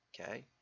okay